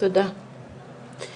תודה, ד"ר נתי.